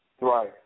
Right